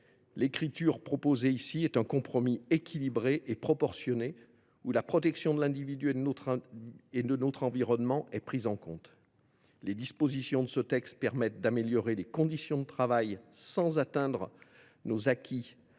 rédaction proposée est un compromis, équilibré et proportionné : la protection tant de l’individu que de notre environnement est prise en compte. Les dispositions de ce texte permettent d’améliorer les conditions de travail sans porter atteinte à nos acquis en matière